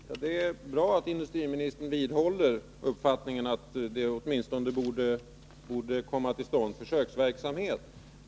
Herr talman! Det är bra att industriministern vidhåller uppfattningen att det åtminstone borde komma till stånd en försöksverksamhet.